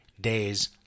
days